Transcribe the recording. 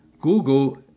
Google